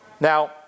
Now